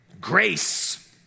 Grace